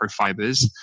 microfibers